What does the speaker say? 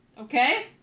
Okay